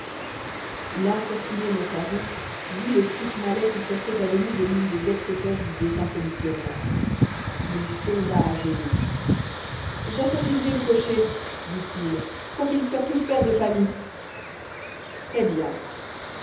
l'infortuné montaroux vit le crick malais qui sortait à demi de l'une des ex poches du défunt commissionnaire il tomba à genoux j'assassinerai le cocher dit-il quoiqu'ils soient tous père de famille très bien